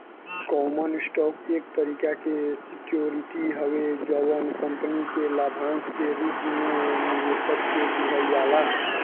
common stock एक तरीका के सिक्योरिटी हवे जवन कंपनी के लाभांश के रूप में निवेशक के दिहल जाला